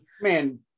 Man